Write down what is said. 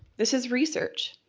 this is research.